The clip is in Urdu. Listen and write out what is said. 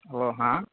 او ہاں